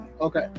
Okay